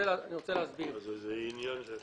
זה עניין של